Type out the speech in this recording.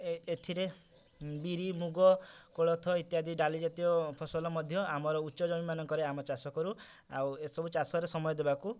ଏ ଏଥିରେ ବିରି ମୁଗ କୋଳଥ ଇତ୍ୟାଦି ଡାଲି ଜାତୀୟ ଫସଲ ମଧ୍ୟ ଆମର ଉଚ୍ଚ ଜମିମାନଙ୍କରେ ଆମେ ଚାଷ କରୁ ଆଉ ଏ ସବୁ ଚାଷରେ ସମୟ ଦେବାକୁ